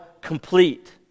complete